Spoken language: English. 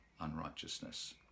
unrighteousness